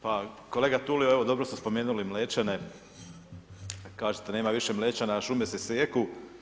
Pa kolega Tulio evo dobro ste spomenuli Mlečane, kažete nema više Mlečana a šume se sijeku.